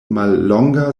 mallonga